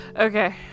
okay